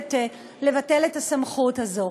לכנסת לבטל את הסמכות הזאת.